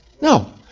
No